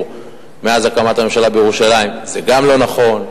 מאז הקמת הממשלה בירושלים" גם זה לא נכון.